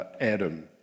Adam